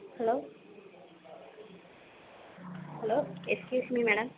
hello hello excuse me madam